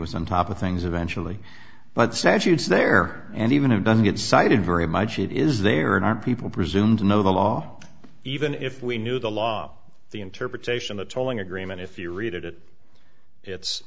was on top of things eventually but statutes there and even if it doesn't get cited very much it is there and are people presumed to know the law even if we knew the law the interpretation the tolling agreement if you read it it's